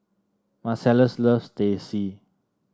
Marcellus loves Teh C